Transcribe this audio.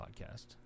podcast